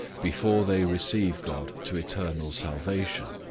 before they receive god to eternal salvation.